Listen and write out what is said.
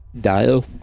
Dial